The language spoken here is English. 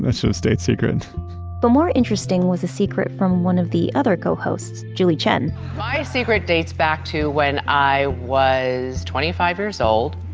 so stayed secret but more interesting was a secret from one of the other co-hosts, julie chen my secret dates back to when i was twenty five years old,